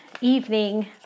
evening